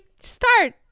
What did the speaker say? start